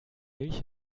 milch